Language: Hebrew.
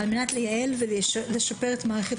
על מנת לייעל ולשפר את מערכת